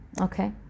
okay